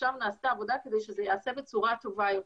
עכשיו נעשתה עבודה כדי שזה ייעשה בצורה טובה יותר.